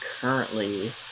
currently